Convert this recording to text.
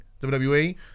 WWE